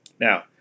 Now